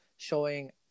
showing